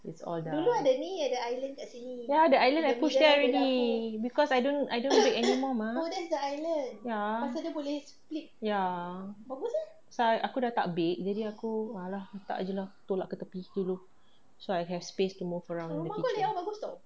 it's all dah no ah the island I push there already because I don't I don't bake any more mah ya ya pasal aku dah tak bake jadi aku letak jer lah tolak ke tepi dulu so I have space to move around in the kitchen